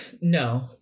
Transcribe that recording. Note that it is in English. No